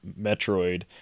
Metroid